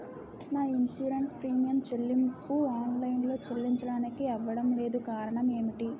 నా insurance premium చెల్లింపు online లో చెల్లించడానికి అవ్వడం లేదు కారణం ఏమిటి?